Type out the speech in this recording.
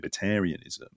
libertarianism